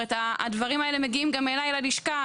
הדברים האלה מגיעים גם אליי ללשכה.